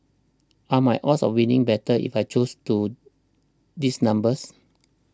are my odds of winning better if I choose to these numbers